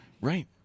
Right